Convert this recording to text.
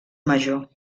major